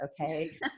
okay